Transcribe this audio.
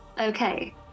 Okay